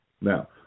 now